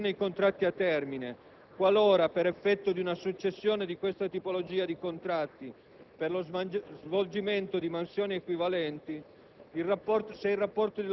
Per ciò che concerne i contratti a termine, nel caso di una successione di questa tipologia di contratti per lo svolgimento di mansioni equivalenti,